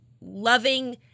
loving